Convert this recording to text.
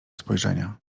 spojrzenia